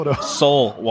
Soul